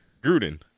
Gruden